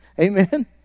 Amen